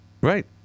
right